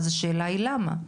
אז השאלה היא למה,